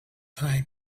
time